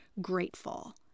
grateful